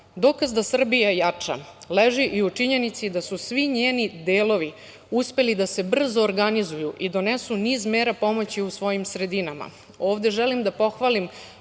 da je Srbija jača leži u činjenici da su svi njeni delovi uspeli da se brzo organizuju i donesu niz mera u svojim sredinama. Ovde želim da pohvalim